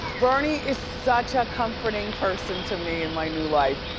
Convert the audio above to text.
bernie is such a comforting person to me in my new life.